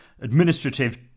administrative